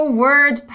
word